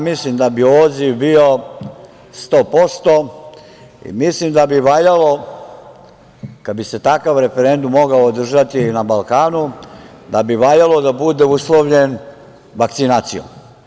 Mislim da bi odziv bio sto posto i mislim da bi valjalo kada bi se takav referendum mogao održati na Balkanu da bi valjalo da bude uslovljen vakcinacijom.